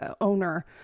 owner